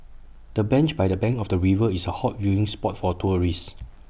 the bench by the bank of the river is A hot viewing spot for tourists